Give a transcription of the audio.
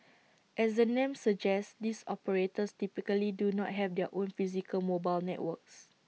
as the name suggests these operators typically do not have their own physical mobile networks